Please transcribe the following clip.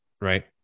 right